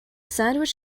sandwich